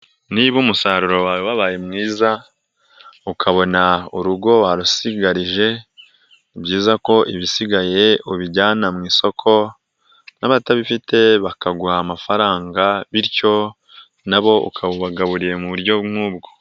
Niba umusaruro wawe wabaye mwiza, ukabona urugo warusigarije, ni byiza ko ibisigaye ubijyana mu isoko n'abatabifite bakaguha amafaranga bityo nabo ukabagaburiye mu buryo nk'ubwo.